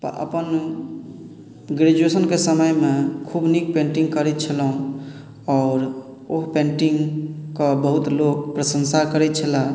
अपन ग्रेजुएशनके समयमे खूब नीक पेन्टिंग करै छलहुँ आओर ओ पेन्टिंग कऽ बहुत लोक प्रशंसा करै छलए